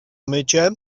mycie